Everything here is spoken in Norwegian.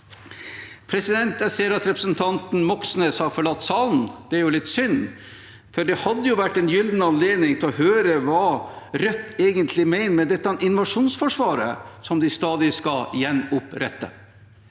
Jeg ser at representanten Moxnes har forlatt salen. Det er litt synd, for det hadde vært en gyllen anledning til å høre hva Rødt egentlig mener med dette invasjonsforsvaret som de stadig skal gjenopprette.